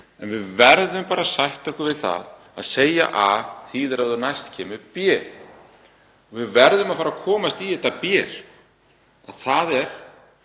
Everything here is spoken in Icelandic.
en við verðum bara að sætta okkur við að það að segja A þýðir að næst kemur B. Við verðum að fara að komast í þetta B,